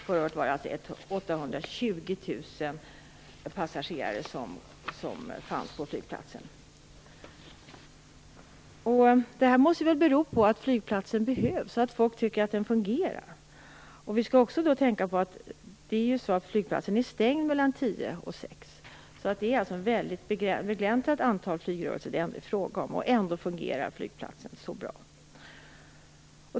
Förra året fanns 820 000 passagerare på flygplatsen. Detta måste väl bero på att flygplatsen behövs, och på att folk tycker att den fungerar. Vi skall också tänka på att flygplatsen ju är stängd mellan kl. 22.00 kl. 06.00. Det är alltså fråga om ett väldigt begränsat antal flygrörelser, och ändå fungerar flygplatsen så bra.